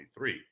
2023